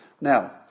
Now